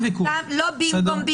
לא "במקום",